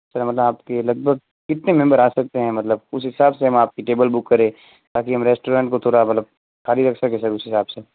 sir मतलब आपके लगभग कितने मेंबर आ सकते हैं मतलब उस हिसाब से हम आपके टेबल बुक करें ताकि हम रेस्टोरेंट को थोड़ा मतलब खाली रख सके सर उस हिसाब से